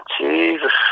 Jesus